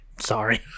sorry